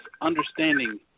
understanding –